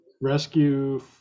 Rescue